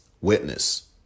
witness